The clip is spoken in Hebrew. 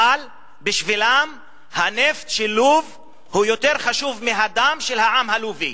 אבל בשבילם הנפט של לוב יותר חשוב מהדם של העם הלובי,